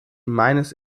meines